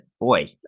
boy